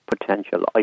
Potential